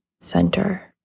center